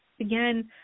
Again